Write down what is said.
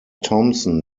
thomson